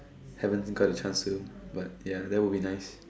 haven't got a chance to but ya that would be nice